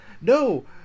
no